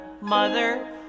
Mother